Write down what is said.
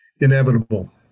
Inevitable